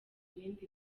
ibindi